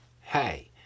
hey